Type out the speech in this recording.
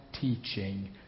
teaching